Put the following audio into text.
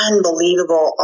Unbelievable